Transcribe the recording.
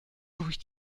durch